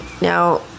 Now